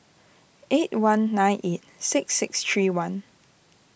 eight one nine eight six six three one